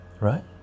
right